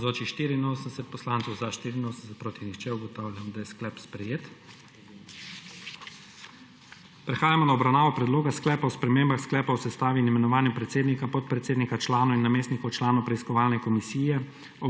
(Za je glasovalo 84.) (Proti nihče.) Ugotavljam, da je sklep sprejet. Prehajamo na obravnavo Predloga sklepa o spremembah Sklepa o sestavi in imenovanju predsednika, podpredsednika, članov in namestnikov članov Preiskovalne komisije